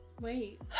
Wait